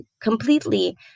completely